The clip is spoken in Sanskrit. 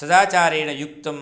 सदाचारेण युक्तम्